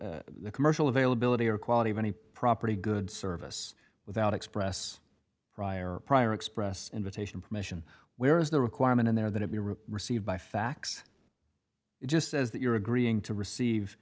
available the commercial availability or quality of any property good service without express prior prior expressed invitation permission where is the requirement in there that it be received by fax it just says that you're agreeing to receive